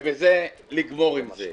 ובזה לגמור עם זה.